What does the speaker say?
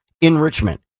enrichment